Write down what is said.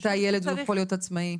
מתי ילד יכול להיות עצמאי.